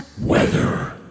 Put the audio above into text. Weather